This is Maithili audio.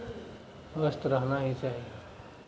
स्वस्थ रहना ही चाही